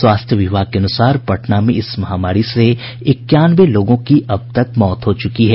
स्वास्थ्य विभाग के अनुसार पटना में इस महामारी से इक्यानवे लोगों की अब तक मौत हो चुकी है